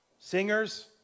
Singers